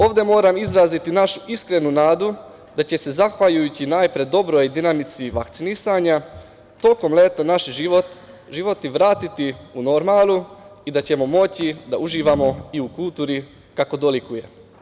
Ovde moram izraziti našu iskrenu nadu da će se zahvaljujući, najpre, dobroj dinamici vakcinisanja tokom leta naši životi vratiti u normalu i da ćemo moći da uživamo i u kulturi kako dolikuje.